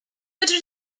fedri